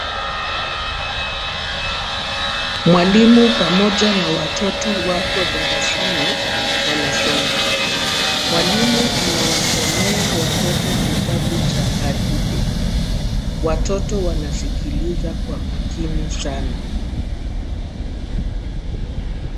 Mwalimu pamoja na watoto wako darasani wanasoma. Mwalimu anawasomea watoto kitabu cha hadithi. Watoto wanasikiliza kwa makini sana.